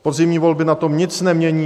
Podzimní volby na tom nic nemění.